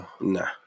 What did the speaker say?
Nah